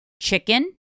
chicken